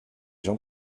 jean